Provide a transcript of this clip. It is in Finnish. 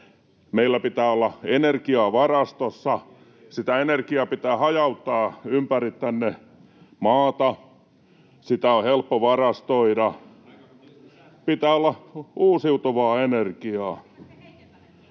Meillä pitää olla energiaa varastossa. Sitä energiaa pitää hajauttaa ympäri maata. Sitä on helppo varastoida. [Vasemmalta: Aika